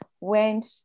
went